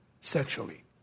sexually